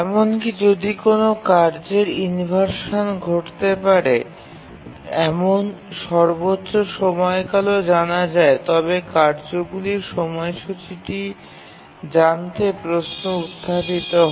এমনকি যদি কোনও কার্যের ইনভারশান ঘটতে পারে এমন সর্বোচ্চ সময়কালও জানা যায় তবে কার্যগুলির সময়সূচীটি জানতে প্রশ্ন উত্থাপিত হয়